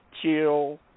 chill